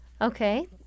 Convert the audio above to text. Okay